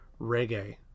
reggae